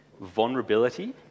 Vulnerability